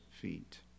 feet